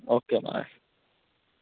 okay म्हाराज